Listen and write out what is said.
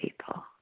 people